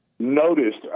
Noticed